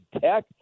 tech